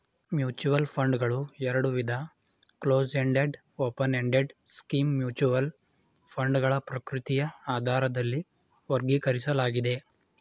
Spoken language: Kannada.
ಮ್ಯೂಚುವಲ್ ಫಂಡ್ಗಳು ಎರಡುವಿಧ ಕ್ಲೋಸ್ಎಂಡೆಡ್ ಓಪನ್ಎಂಡೆಡ್ ಸ್ಕೀಮ್ ಮ್ಯೂಚುವಲ್ ಫಂಡ್ಗಳ ಪ್ರಕೃತಿಯ ಆಧಾರದಲ್ಲಿ ವರ್ಗೀಕರಿಸಲಾಗಿದೆ